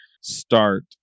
start